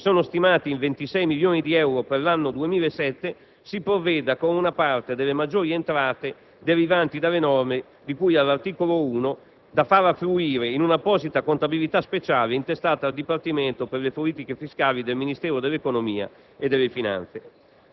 che sono stimati in 26 milioni di euro per l'anno 2007, si provveda con una parte delle maggiori entrate derivanti dalle norme di cui all'articolo 1, da far affluire in un'apposita contabilità speciale intestata al Dipartimento per le politiche fiscali del Ministero dell'economia e delle finanze.